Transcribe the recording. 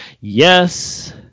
Yes